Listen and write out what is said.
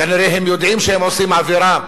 כנראה הם יודעים שהם עושים עבירה,